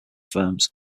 firms